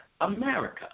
America